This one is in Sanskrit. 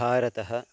भारतं